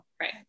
Right